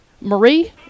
Marie